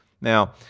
Now